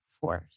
force